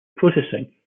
processing